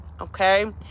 Okay